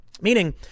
meaning